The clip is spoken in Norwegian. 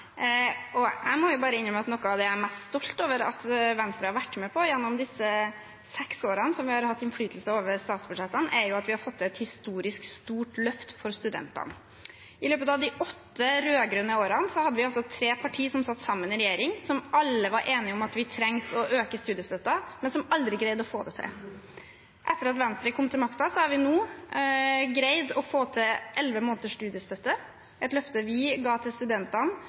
tema. Jeg må bare innrømme at noe av det jeg er mest stolt over at Venstre har vært med på gjennom de seks årene vi har hatt innflytelse over statsbudsjettene, er at vi har fått et historisk stort løft for studentene. I løpet av de åtte rød-grønne årene hadde vi tre partier som satt sammen i regjering som alle var enige om at vi trengte å øke studiestøtten, men som aldri greide å få det til. Etter at Venstre kom til makta, har vi greid å få til elleve måneders studiestøtte – et løfte vi ga til studentene